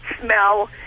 smell